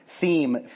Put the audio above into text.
theme